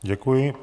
Děkuji.